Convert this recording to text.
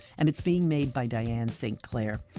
and it's being made by diane st. clair.